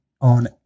on